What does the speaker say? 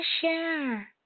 share